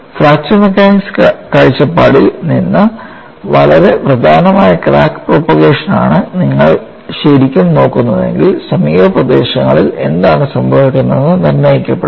fracture mechanics കാഴ്ചപ്പാടിൽ നിന്ന് വളരെ പ്രധാനമായ ക്രാക്ക് പ്രോപ്പഗേഷൻ ആണ് നിങ്ങൾ ശരിക്കും നോക്കുന്നതെങ്കിൽ സമീപ പ്രദേശങ്ങളിൽ എന്താണ് സംഭവിക്കുന്നതെന്ന് നിർണ്ണയിക്കപ്പെടുന്നു